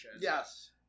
yes